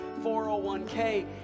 401k